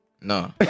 No